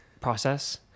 process